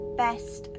best